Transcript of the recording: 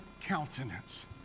countenance